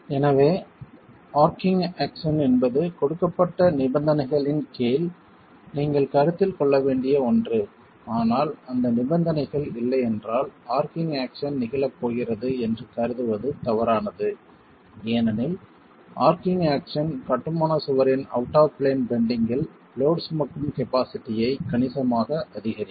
எனவே arching action என்பது கொடுக்கப்பட்ட நிபந்தனைகளின் கீழ் நீங்கள் கருத்தில் கொள்ளக்கூடிய ஒன்று ஆனால் அந்த நிபந்தனைகள் இல்லை என்றால் ஆர்ச்சிங் ஆக்சன் நிகழப் போகிறது என்று கருதுவது தவறானது ஏனெனில் ஆர்ச்சிங் ஆக்சன் கட்டுமான சுவரின் அவுட் ஆப் பிளேன் பெண்டிங் இல் லோட் சுமக்கும் கபாஸிட்டியை கணிசமாக அதிகரிக்கும்